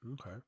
Okay